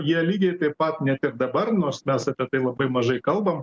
jie lygiai taip pat net ir dabar nors mes apie tai labai mažai kalbam